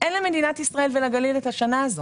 אין למדינת ישראל ולגליל את השנה הזאת.